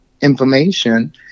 information